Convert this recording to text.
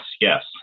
yes